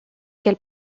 quel